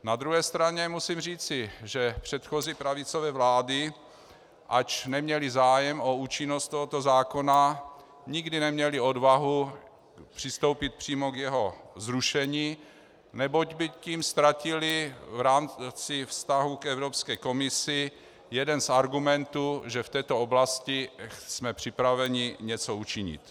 Na druhé straně musím říci, že předchozí pravicové vlády, ač neměly zájem o účinnost tohoto zákona, nikdy neměly odvahu přistoupit přímo k jeho zrušení, neboť by tím ztratily v rámci vztahu k Evropské komisi jeden z argumentů, že jsme v této oblasti připraveni něco učinit.